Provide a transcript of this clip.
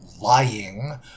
lying